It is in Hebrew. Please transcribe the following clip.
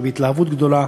ובהתלהבות גדולה,